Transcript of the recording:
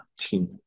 team